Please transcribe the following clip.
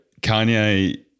Kanye